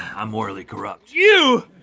i'm morally corrupt. you,